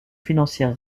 financière